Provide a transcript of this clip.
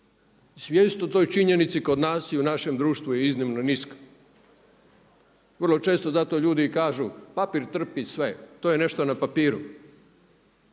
Svijest o toj činjenici kod nas i u našem društvu je iznimno niska. Vrlo često zato ljudi i kažu papir trpi sve, to je nešto na papiru.